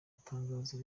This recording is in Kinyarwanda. tangazo